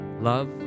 love